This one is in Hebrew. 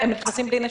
הם נכנסים בלי נשקים.